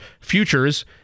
futures